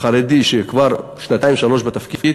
חרדי שכבר שנתיים-שלוש בתפקיד,